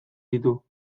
ditu